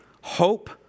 Hope